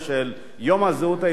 של יום הזהות היהודית,